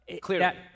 Clearly